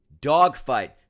Dogfight